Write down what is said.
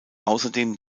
außerdem